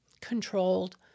controlled